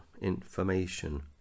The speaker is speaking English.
information